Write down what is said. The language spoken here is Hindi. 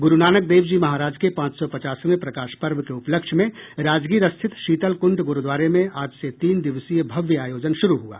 गुरुनानक देव जी महाराज के पांच सौ पचासवें प्रकाश पर्व के उपलक्ष्य में राजगीर स्थित शीतलकुंड गुरुद्वारे में आज से तीन दिवसीय भव्य आयोजन शुरू हुआ